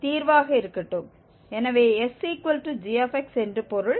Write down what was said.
எனவே sg என்று பொருள்